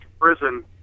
prison